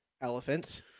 Elephants